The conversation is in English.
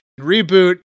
reboot